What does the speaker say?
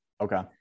Okay